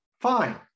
fine